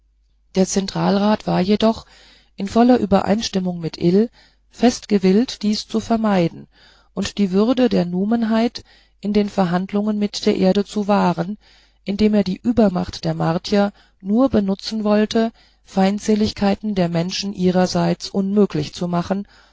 der zentralrat war jedoch in voller übereinstimmung mit ill fest gewillt dies zu vermeiden und die würde der numenheit in den verhandlungen mit der erde zu wahren indem er die übermacht der martier nur benutzen wollte feindseligkeiten der menschen ihrerseits unmöglich zu machen